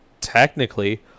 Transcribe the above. technically